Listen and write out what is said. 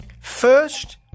First